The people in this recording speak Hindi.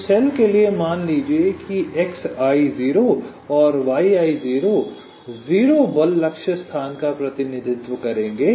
तो सेल के लिए मान लीजिये कि xi0 और yi0 0 बल लक्ष्य स्थान का प्रतिनिधित्व करेंगे